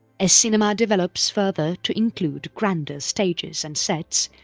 as cinema develops further to include grander stages and sets,